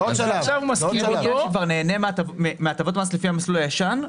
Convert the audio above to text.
הוא כבר נהנה מהטבות המס לפי המסלול הישן.